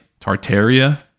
Tartaria